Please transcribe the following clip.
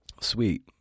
Sweet